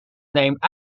named